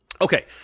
Okay